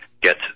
get